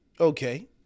Okay